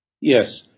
Yes